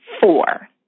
four